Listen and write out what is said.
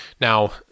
Now